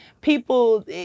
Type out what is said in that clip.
people